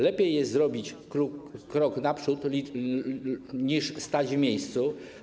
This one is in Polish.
Lepiej jest zrobić krok naprzód, niż stać w miejscu.